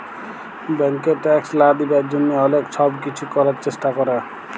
ব্যাংকে ট্যাক্স লা দিবার জ্যনহে অলেক ছব কিছু ক্যরার চেষ্টা ক্যরে